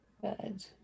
Good